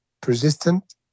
persistent